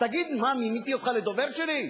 תגיד, מה, מיניתי אותך לדובר שלי?